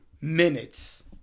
Minutes